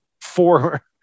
four